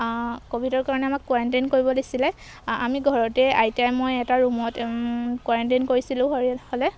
ক'ভিডৰ কাৰণে আমাক কোৱাৰেণ্টাইন কৰিব দিছিলে আমি ঘৰতে আইতাই মই এটা ৰুমত কুৱাৰেণ্টাইন কৰিছিলোঁ হ'লে